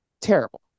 terrible